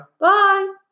Bye